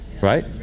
Right